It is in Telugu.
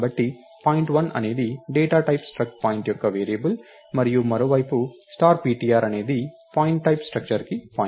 కాబట్టి పాయింట్1 అనేది డేటా టైప్ స్ట్రక్ట్ పాయింట్ యొక్క వేరియబుల్ మరియు మరోవైపు స్టార్ ptr అనేది పాయింట్ టైప్ స్ట్రక్టర్ కి పాయింటర్